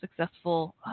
successful